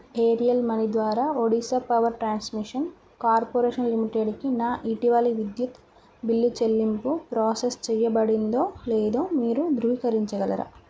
aerial money ద్వారా Odisha power transmission corporation లిమిటెడ్కి నా ఇటీవలి విద్యుత్ బిల్లు చెల్లింపు ప్రాసెస్ చేయబడిందో లేదో మీరు ధృవీకరించగలరా